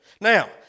Now